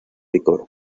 licor